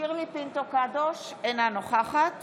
בעד שירלי פינטו קדוש, אינה נוכחת